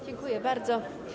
Dziękuję bardzo.